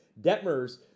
Detmers